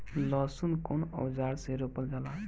लहसुन कउन औजार से रोपल जाला?